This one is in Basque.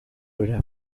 hura